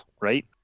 right